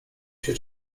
się